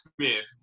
Smith